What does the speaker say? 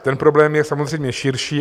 Ten problém je samozřejmě širší.